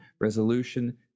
resolution